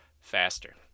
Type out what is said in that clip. faster